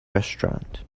restaurant